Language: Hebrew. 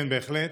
כן, בהחלט.